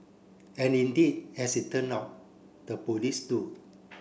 and indeed as it turn out the police do